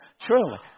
truly